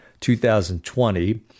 2020